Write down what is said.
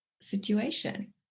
situation